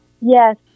Yes